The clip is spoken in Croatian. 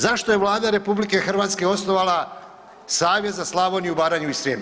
Zašto je Vlada RH osnovala savjet za Slavoniju, Baranju i Srijem?